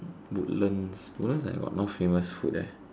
Woodlands Woodlands like got no famous food